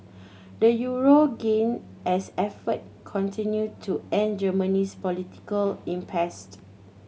the euro gained as efforts continued to end Germany's political impassed